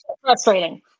frustrating